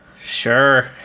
Sure